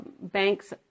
banks